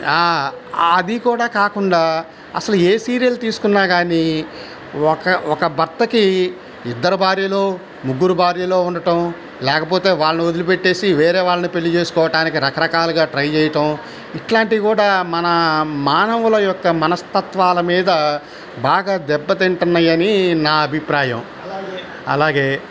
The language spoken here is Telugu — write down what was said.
అది కూడా కాకుండా అసలు ఏ సీరియల్ తీసుకున్న కాని ఒక ఒక భర్తకి ఇద్దరు భార్యలో ముగ్గురు భార్యలో ఉండటం లేకపోతే వాళ్ళను వదిలి పెట్టేసి వేరే వాళ్ళని పెళ్లి చేసుకోవటానికి రకరకాలుగా ట్రై చేయటం ఇట్లాంటివి కూడా మన మానవుల యొక్క మనస్తత్వాల మీద బాగా దెబ్బతింటున్నాయని నా అభిప్రాయం అలాగే